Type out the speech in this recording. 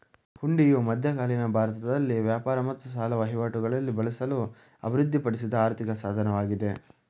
ಹುಂಡಿಯು ಮಧ್ಯಕಾಲೀನ ಭಾರತದಲ್ಲಿ ವ್ಯಾಪಾರ ಮತ್ತು ಸಾಲ ವಹಿವಾಟುಗಳಲ್ಲಿ ಬಳಸಲು ಅಭಿವೃದ್ಧಿಪಡಿಸಿದ ಆರ್ಥಿಕ ಸಾಧನವಾಗಿದೆ